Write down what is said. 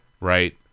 right